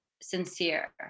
sincere